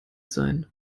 sein